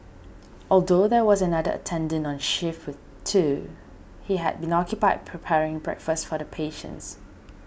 although there was another attendant on shift with Thu he had been occupied preparing breakfast for the patients